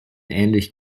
ähnlich